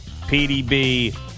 PDB